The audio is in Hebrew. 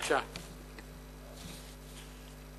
הצעה לסדר-היום